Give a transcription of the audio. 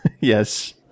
Yes